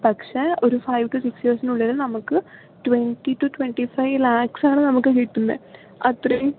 പക്ഷേ ഒരു five to six ഇയേഴ്സിനുള്ളിൽ നമുക്ക് twenty to twenty five lakhs ആണ് നമുക്ക് കിട്ടുന്നത് അത്രയും